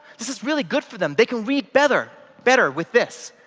this is really good for them, they can read better better with this.